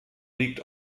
liegt